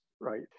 right